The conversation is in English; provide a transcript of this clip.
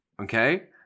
Okay